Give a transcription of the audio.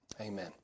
Amen